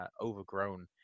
overgrown